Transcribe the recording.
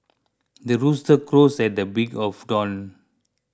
the rooster crows at the break of dawn